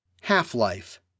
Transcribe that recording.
Half-Life